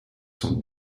son